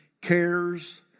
cares